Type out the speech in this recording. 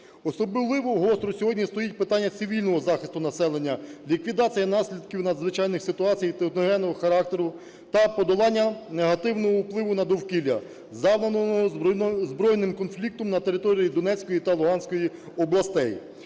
Особливо гостро сьогодні стоїть питання цивільного захисту населення, ліквідації наслідків надзвичайних ситуацій техногенного характеру та подолання негативного впливу на довкілля, завданого збройним конфліктом на території Донецької та Луганської областей.